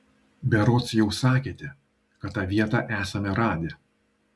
berods jau sakėte kad tą vietą esame radę